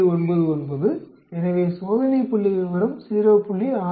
99 எனவே சோதனை புள்ளிவிவரம் 0